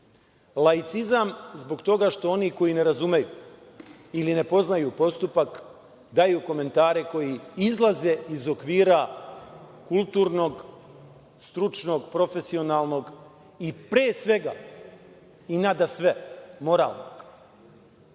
Laicizam, zbog toga što oni koji ne razumeju ili ne poznaju postupak daju komentare koji izlaze iz okvira kulturnog, stručnog, profesionalnog i pre svega i nadasve moralnog.Zašto